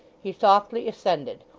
he softly ascended,